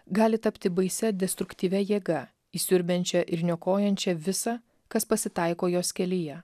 gali tapti baisia destruktyvia jėga įsiurbiančia ir niokojančia visa kas pasitaiko jos kelyje